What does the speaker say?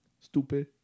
Stupid